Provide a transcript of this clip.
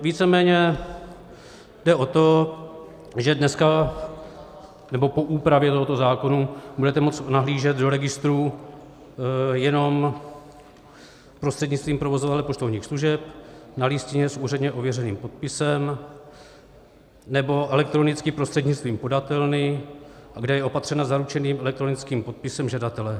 Víceméně jde o to, že dneska, nebo po úpravě tohoto zákona budete moct nahlížet do registru jenom prostřednictvím provozovatele poštovních služeb na listině s úředně ověřeným podpisem nebo elektronicky prostřednictvím podatelny, kde je opatřena zaručeným elektronickým podpisem žadatele.